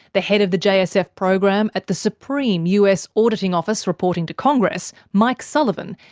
the head of the jsf program at the supreme us auditing office reporting to congress, mike sullivan,